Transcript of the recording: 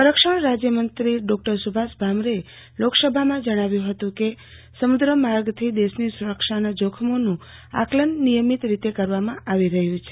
સંરક્ષણ રાજયમંત્રી ડોકટર સુભાષ ભામરેએ લોકસભામાં જણાવ્યું હતું કે સમુદ્ર માર્ગથી દેશની સુરક્ષાના જોખમોનું આકલન નિયમિત રીતે કરવામાં આવી રહ્યું છે